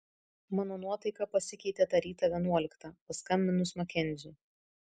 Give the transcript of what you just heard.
mano nuotaika pasikeitė tą rytą vienuoliktą paskambinus makenziui